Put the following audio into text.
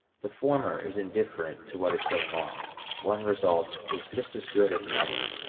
the former is indifferent to what is going on one result is just as good as another,